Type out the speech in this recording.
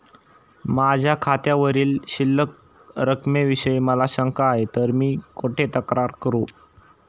माझ्या खात्यावरील शिल्लक रकमेविषयी मला शंका आहे तर मी कुठे तक्रार करू?